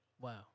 Wow